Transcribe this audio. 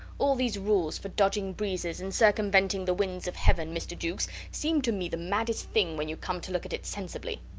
all these rules for dodging breezes and circumventing the winds of heaven, mr. jukes, seem to me the maddest thing, when you come to look at it sensibly.